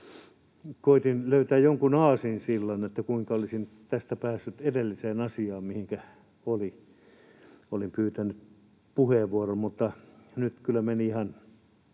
koetin löytää jonkun aasinsillan, kuinka olisin tästä päässyt edelliseen asiaan, mihinkä olin pyytänyt puheenvuoron,